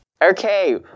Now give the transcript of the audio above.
Okay